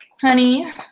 honey